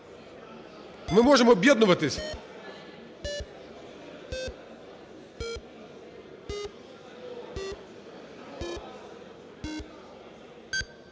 Ми можемо об'єднуватися.